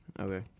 Okay